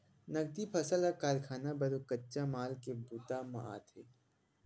नगदी फसल ह कारखाना बर कच्चा माल के बूता म आथे